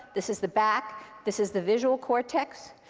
this is the back. this is the visual cortex.